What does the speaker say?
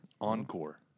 Encore